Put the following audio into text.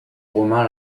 romain